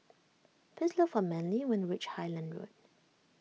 please look for Manly when you reach Highland Road